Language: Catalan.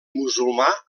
musulmà